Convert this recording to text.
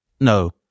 No